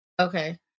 Okay